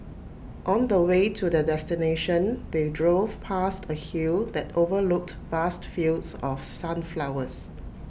on the way to their destination they drove past A hill that overlooked vast fields of sunflowers